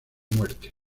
muerte